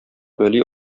вәли